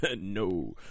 No